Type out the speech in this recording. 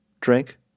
drink